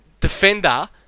defender